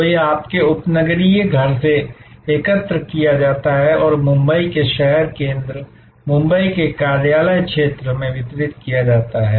तो यह आपके उपनगरीय घर से एकत्र किया जाता है और फिर मुंबई के शहर केंद्र मुंबई के कार्यालय क्षेत्र में वितरित किया जाता है